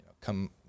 come